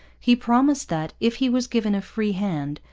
he promised that, if he was given a free hand,